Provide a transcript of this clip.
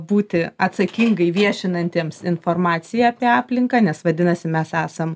būti atsakingai viešinantiems informaciją apie aplinką nes vadinasi mes esam